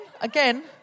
again